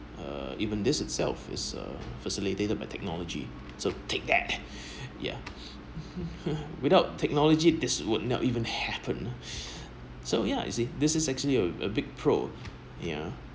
uh even this itself is a facilitated by technology so take that yeah without technology this would not even happen so ya you see this is actually a a big pro yeah